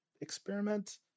experiment